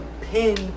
pin